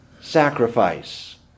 sacrifice